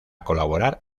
colaborar